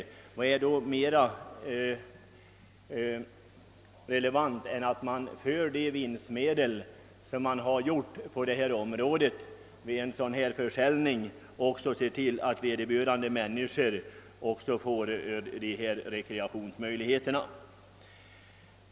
Vad är då mera relevant än att använda de vinstmedel som verket fått vid försäljningen för att se till att människorna i tätorten får rekreationsmöjligheter?